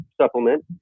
supplement